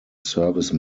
service